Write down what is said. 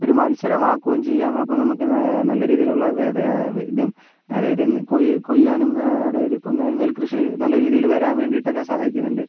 ഒരു മത്സരം ആക്കുകയും അപ്പം ചെയ്യാം നമുക്ക് നല്ല രീതിയിലുള്ള വിത ഇതും അതായത് കോ കൊയ്യാനും അതായതിപ്പം നെൽകൃഷി നല്ല രീതിയിൽ വരാൻ വേണ്ടിയിട്ടൊക്കെ സഹായിക്കുന്നുണ്ട്